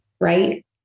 right